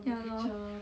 ya lor